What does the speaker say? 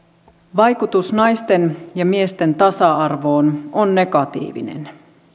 vaikutus naisten ja miesten tasa arvoon on negatiivinen